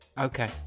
Okay